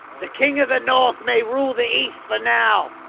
the king of the north may rule the east for now,